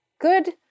good